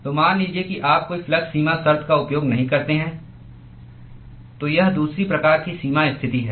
तो मान लीजिए कि आप कोई फ्लक्स सीमा शर्त का उपयोग नहीं करते हैं तो यह दूसरी प्रकार की सीमा स्थिति है